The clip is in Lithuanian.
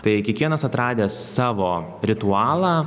tai kiekvienas atradęs savo ritualą